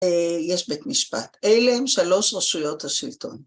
יש בית משפט. אלה הם שלוש רשויות השלטון.